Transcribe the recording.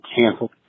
canceled